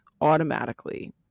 automatically